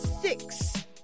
six